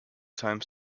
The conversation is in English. time